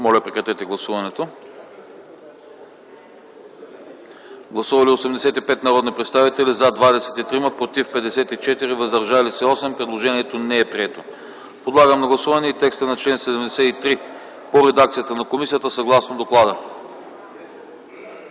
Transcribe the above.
комисията не подкрепя. Гласували 85 народни представители: за 23, против 54, въздържали се 8. Предложението не е прието. Подлагам на гласуване текста на чл. 73 в редакцията на комисията съгласно доклада.